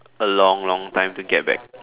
a long long time to get back